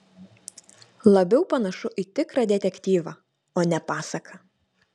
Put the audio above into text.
labiau panašu į tikrą detektyvą o ne pasaką